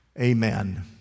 amen